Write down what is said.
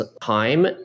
time